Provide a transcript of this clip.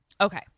Okay